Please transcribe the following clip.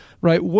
right